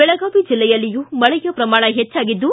ಬೆಳಗಾವಿ ಜಿಲ್ಲೆಯಲ್ಲಿಯೂ ಮಳೆಯ ಪ್ರಮಾಣ ಹೆಚ್ಚಾಗಿದ್ದು